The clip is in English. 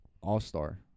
all-star